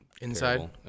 inside